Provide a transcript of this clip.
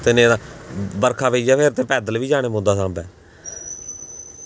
ते नेईं तां बर्खा पेई जा ते फिर पैदल बी जाना पौंदा सांबा